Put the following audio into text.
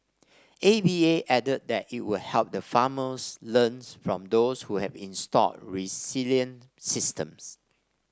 A V A added that it will help the farmers learn from those who have installed resilient systems